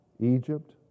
Egypt